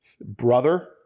brother